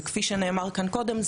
וכפי שנאמר כאן קודם,